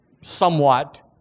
somewhat